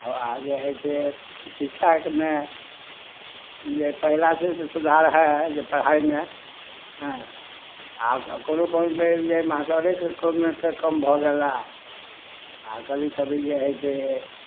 हऽ आब जे हइ से शिक्षामे जे पहिले से से सुधार हए जे पढ़ाइमे हएँ आब कोनो कॉलेजमे जे मास्टरेके कम भऽ गेला आ कभी कभी जे हइ से